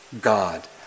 God